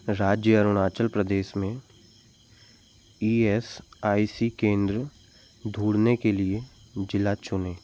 राज्य अरुणाचल प्रदेश में E S I C केंद्र ढूँढने के लिए जिला चुनें